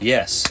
Yes